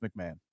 McMahon